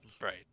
Right